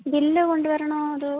bill കൊണ്ടുവരണോ അതോ